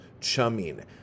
chumming